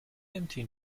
empty